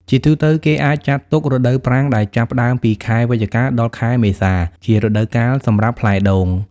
ជាទូទៅ គេអាចចាត់ទុក រដូវប្រាំង ដែលចាប់ផ្ដើមពី ខែវិច្ឆិកា ដល់ខែមេសា ជារដូវកាលសម្រាប់ផ្លែដូង។